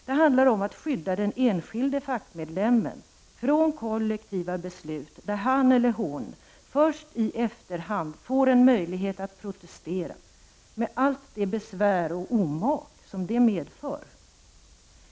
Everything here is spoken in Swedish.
Det handlar om att skydda den enskilde fackmedlemmen från kollektiva beslut, där han eller hon först i efterhand får en möjlighet att protestera, med allt det besvär och omak som det medför.